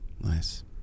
Nice